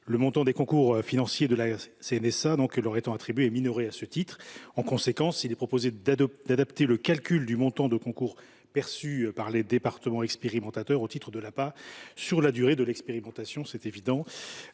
Le montant des concours financiers de la CNSA leur étant attribué est minoré à ce titre. En conséquence, il est proposé d’adapter le calcul du montant des concours perçus par les départements expérimentateurs au titre de l’APA sur la durée de l’expérimentation. Ces modalités